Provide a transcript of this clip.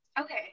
Okay